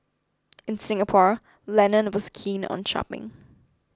in Singapore Lennon was keen on shopping